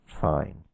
Fine